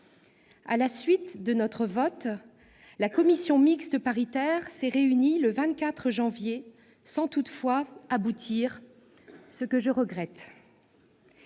À la suite de notre vote, la commission mixte paritaire s'est réunie le 24 janvier. Elle n'a pu aboutir, ce que je regrette.